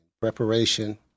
preparation